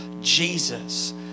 Jesus